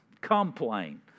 complain